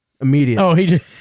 Immediate